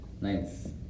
Nice